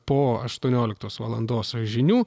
po aštuonioliktos valandos žinių